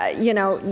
ah you know,